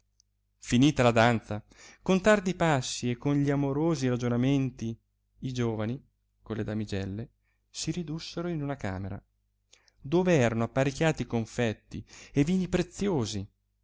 finita la danza con tardi passi e con gli amorosi ragionamenti i giovani con le damigelle si ridussero in una camera dove erano apparecchiati confetti e vini preziosi